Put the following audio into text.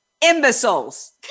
imbeciles